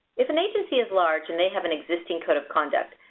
if an agency is large and they have an existing code of conduct,